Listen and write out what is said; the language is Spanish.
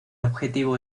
objetivo